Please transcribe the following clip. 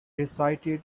recited